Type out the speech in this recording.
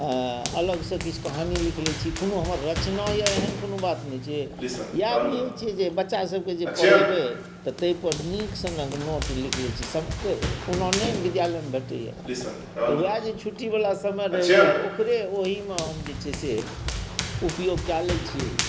अलगसँ किछु कहानी लिख लैत छी कोनो हमर रचना यए एहन कोनो बात नहि छै इएह बुझैत छियै जे बच्चासभकेँ जे पढ़ेबै तऽ ताहिपर नीक सनक नोट लिख लैत छी सभटा ओना नहि विद्यालयमे भेटैए उएह जे छुट्टीवला समय रहैए ओकरे ओहीमे हम जे छै से उपयोग कए लैत छी